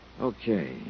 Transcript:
Okay